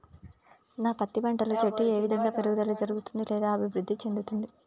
నా పత్తి పంట లో చెట్టు ఏ విధంగా పెరుగుదల జరుగుతుంది లేదా అభివృద్ధి చెందుతుంది?